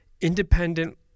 independent